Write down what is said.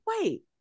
Wait